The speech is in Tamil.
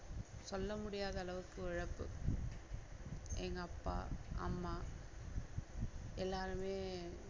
சொல்ல முடியாத அளவுக்கு ஒரு இழப்பு எங்கள் அப்பா அம்மா எல்லாருமே